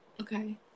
Okay